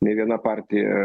nei viena partija